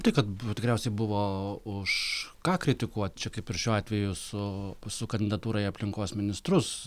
tai kad tikriausiai buvo už ką kritikuot čia kaip ir šiuo atveju su su kandidatūra į aplinkos ministrus